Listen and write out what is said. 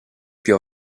più